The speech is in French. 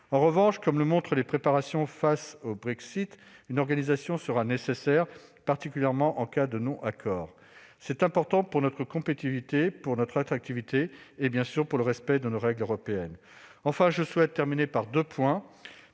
En revanche, comme le montrent ses préparatifs, le Brexit nécessitera une organisation particulière, en cas de non-accord. C'est important pour notre compétitivité, notre attractivité et le respect de nos règles européennes. Enfin, je souhaite terminer par deux points.